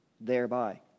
thereby